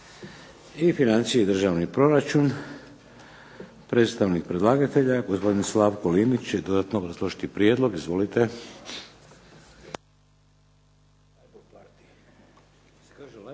i financije i državni proračun. Predstavnik predlagatelja je gospodin Slavko Linić će dodatno obrazložiti prijedlog. Izvolite. **Linić,